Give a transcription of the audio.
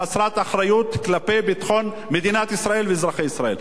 חסרת אחריות כלפי ביטחון מדינת ישראל ואזרחי ישראל,